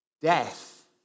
death